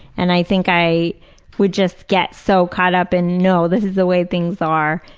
and i think i would just get so caught up in no, this is the way things are.